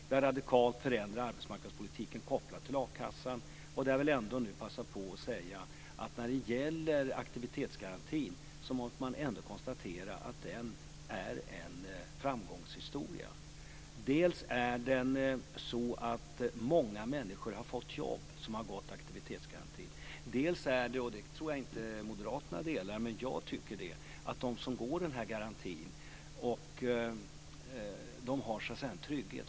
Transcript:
Vi har radikalt förändrat arbetsmarknadspolitiken kopplat till a-kassan. Och jag vill nu passa på att konstatera att aktivitetsgarantin ändå är en framgångshistoria. Dels har många människor som har genomgått aktivitetsgarantin fått jobb, dels tycker jag att de som genomgår denna garanti - denna åsikt tror jag inte att moderaterna delar - har en trygghet.